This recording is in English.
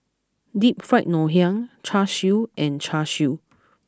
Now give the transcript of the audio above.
Deep Fried Ngoh Hiang Char Siu and Char Siu